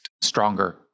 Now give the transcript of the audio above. stronger